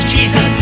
Jesus